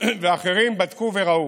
ואחרים בדקו וראו.